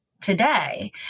today